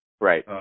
Right